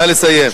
נא לסיים.